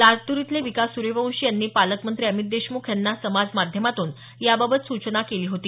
लातूर इथले विकास सूर्यवंशी यांनी पालकमंत्री अमित देशमुख यांना समाज माध्यमातून याबाबत सूचना केली होती